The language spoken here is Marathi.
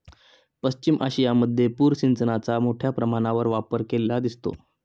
पश्चिम आशियामध्ये पूर सिंचनाचा मोठ्या प्रमाणावर वापर केलेला दिसतो